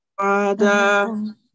Father